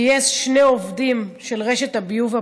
גייס שני עובדים של רשת הביוב הפולנית,